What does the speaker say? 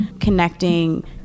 connecting